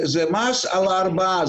זה מס על ההרבעה.